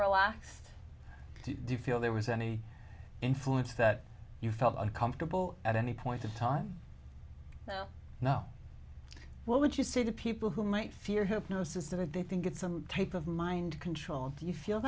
relaxed do you feel there was any influence that you felt comfortable at any point of time now what would you say to people who might fear hypnosis if they think it's some type of mind control you feel